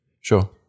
Sure